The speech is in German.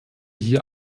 hier